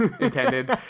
intended